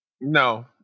No